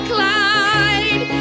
Clyde